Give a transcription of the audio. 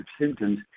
symptoms